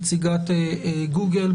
נציגת גוגל,